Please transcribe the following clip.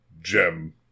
gem